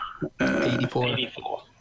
84